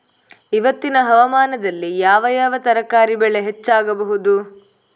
ಇವತ್ತಿನ ಹವಾಮಾನದಲ್ಲಿ ಯಾವ ಯಾವ ತರಕಾರಿ ಬೆಳೆ ಹೆಚ್ಚಾಗಬಹುದು?